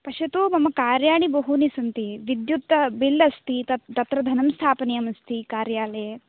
पश्यतु मम कार्याणि बहूनि सन्ति विद्युत् बिल् अस्ति तत्र धनं स्थापनीयमस्ति कार्यालये